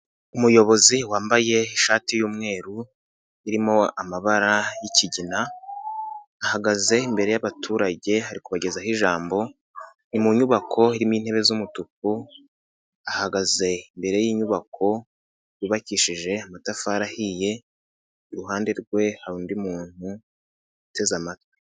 Umuyobozi wambaye ishati y'umweru, irimo amabara y,ikigina, ahagaze imbere y'abaturage ari kubagezaho ijambo, ni mu nyubako irimo intebe z'umutuku, ahagaze imbere y'inyubako, yubakishije amatafari ahiye, iruhande rwe hari undi muntu, uteze amatwi.